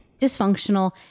dysfunctional